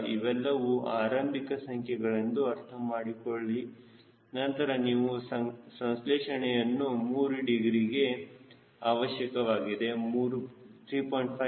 ಈಗ ಇವೆಲ್ಲವೂ ಆರಂಭಿಕ ಸಂಖ್ಯೆಗಳೆಂದು ಅರ್ಥಮಾಡಿಕೊಳ್ಳಿ ನಂತರ ನೀವು ಸಂಸ್ಲೇಷಣೆ ಯನ್ನು 3ಡಿಗ್ರಿಗೆ ಅವಶ್ಯಕವಾಗಿದೆ 3